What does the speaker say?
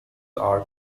are